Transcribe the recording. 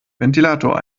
ventilator